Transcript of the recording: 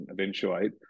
eventuate